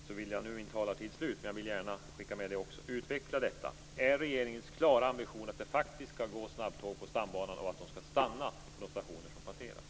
Jag vill gärna att kommunikationsministern utvecklar detta. Är regeringens klara ambition att det faktiskt skall gå snabbtåg på Stambanan och att de skall stanna på de stationer som passeras?